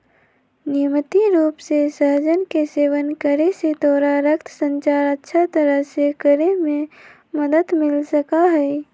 नियमित रूप से सहजन के सेवन करे से तोरा रक्त संचार अच्छा तरह से करे में मदद मिल सका हई